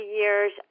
years